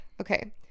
Okay